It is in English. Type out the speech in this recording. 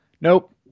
Nope